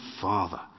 Father